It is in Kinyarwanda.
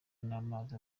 n’amazi